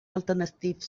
alternative